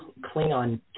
Klingon